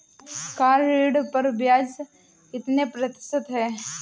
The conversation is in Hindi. कार ऋण पर ब्याज कितने प्रतिशत है?